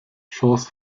chance